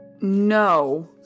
No